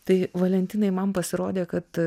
tai valentinai man pasirodė kad